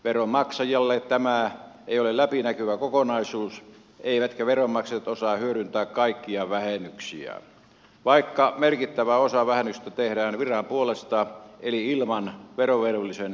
veronmaksajalle tämä ei ole läpinäkyvä kokonaisuus eivätkä veronmaksajat osaa hyödyntää kaikkia vähennyksiä vaikka merkittävä osa vähennyksistä tehdään viran puolesta eli ilman verovelvollisen erillistä pyyntöä